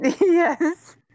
yes